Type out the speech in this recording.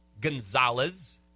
Gonzalez